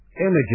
images